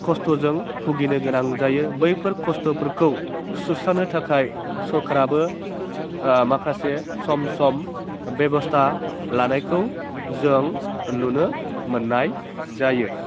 खस्थ'जों भुगिनो गोनां जायो बैफोर खस्थ'फोरखौ सुस्रांनो थाखाय सरकाराबो ओह माखासे सम सम बेब'स्था लानायखौ जों नुनो मोननाय जायो